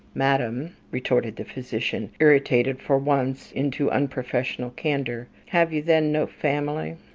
madam, retorted the physician, irritated for once into unprofessional candour, have you then no family?